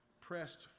pressed